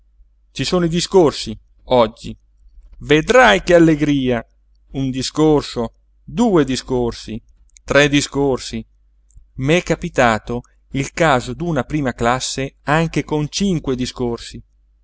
ci sono i discorsi oggi vedrai che allegria un discorso due discorsi tre discorsi m'è capitato il caso d'una prima classe anche con cinque discorsi